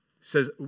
says